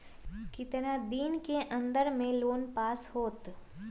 कितना दिन के अन्दर में लोन पास होत?